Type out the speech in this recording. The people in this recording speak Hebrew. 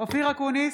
אופיר אקוניס,